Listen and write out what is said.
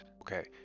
Okay